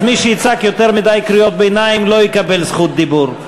מי שיצעק יותר מדי קריאות ביניים לא יקבל רשות דיבור.